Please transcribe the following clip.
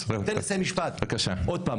שוב,